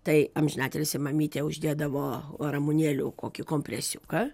tai amžinatilsį mamytė uždėdavo ramunėlių kokį kompresiuką